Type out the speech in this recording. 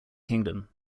kingdom